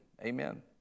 Amen